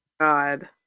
God